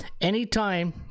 anytime